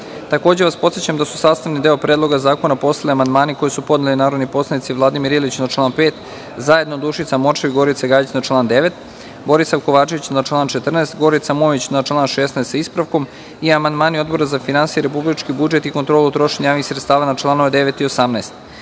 7.Takođe vas podsećam da su sastavni deo Predloga zakona postali amandmani koje su podneli narodni poslanici: Vladimir Ilić na član 5, zajedno Dušica Morčev i Gorica Gajić na član 9, Borisav Kovačević na član 14, Gorica Mojović na član 16. sa ispravkom i amandmani Odbora za finansije, republički budžet i kontrolu trošenja javnih sredstava na članove 9.